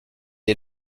est